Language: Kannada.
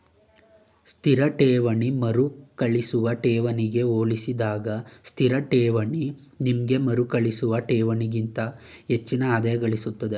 ಸ್ಥಿರ ಠೇವಣಿ ಮರುಕಳಿಸುವ ಠೇವಣಿಗೆ ಹೋಲಿಸಿದಾಗ ಸ್ಥಿರಠೇವಣಿ ನಿಮ್ಗೆ ಮರುಕಳಿಸುವ ಠೇವಣಿಗಿಂತ ಹೆಚ್ಚಿನ ಆದಾಯಗಳಿಸುತ್ತೆ